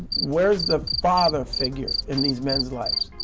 where is the father figure in these men's lives?